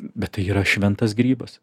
bet tai yra šventas grybas